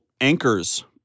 anchors